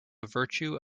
virtue